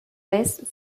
vez